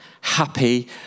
happy